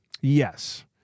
Yes